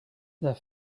their